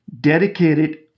dedicated